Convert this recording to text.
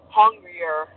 hungrier